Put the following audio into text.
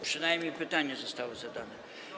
Przynajmniej pytanie zostało zadane.